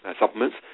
supplements